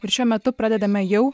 ir šiuo metu pradedame jau